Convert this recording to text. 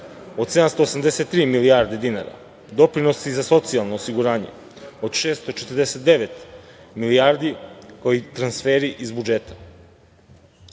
od 783 milijarde dinara, doprinosi za socijalno osiguranje od 649 milijardi, kao i transferi iz budžeta. Sredstva